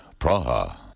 Praha